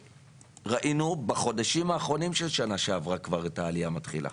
ראינו בחודשים האחרונים של שנה שעברה את העלייה מתחילה.